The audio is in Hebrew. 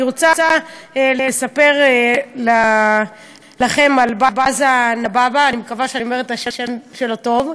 אני רוצה לספר לכם על בַּזָה נבבה אני מקווה שאני אומרת את השם שלו טוב,